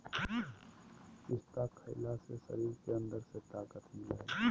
पिस्ता खईला से शरीर के अंदर से ताक़त मिलय हई